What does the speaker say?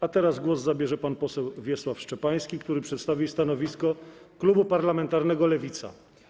A teraz głos zabierze pan poseł Wiesław Szczepański, który przedstawi stanowisko klubu parlamentarnego Lewica.